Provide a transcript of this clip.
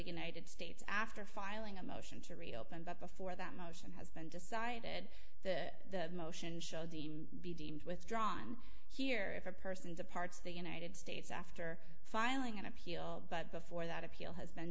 united states after filing a motion to reopen but before that motion has been decided the motion shall deem be deemed withdrawn here if a person departs the united states after filing an appeal but before that appeal has been